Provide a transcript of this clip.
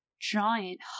giant